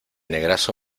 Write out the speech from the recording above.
negrazo